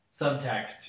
subtext